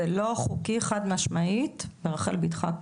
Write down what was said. זה לא חוקי, חד משמעית, ברחל ביתך הקטנה.